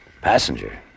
Passenger